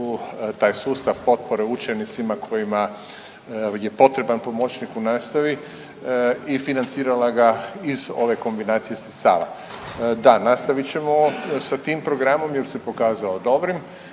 taj sustav potpore učenicima kojima je potreban pomoćnik u nastavi i financirala ga iz ove kombinacije sredstava. Da, nastavit ćemo s tim programom jer se pokazao dobrim.